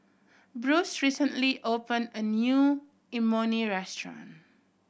Bruce recently opened a new Imoni restaurant